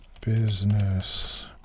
business